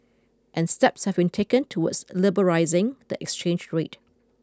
and steps have been taken towards liberalising the exchange rate